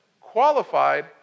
qualified